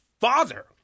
Father